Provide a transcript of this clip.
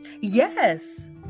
Yes